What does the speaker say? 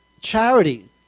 Charity